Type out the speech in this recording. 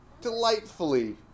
Delightfully